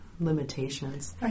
Limitations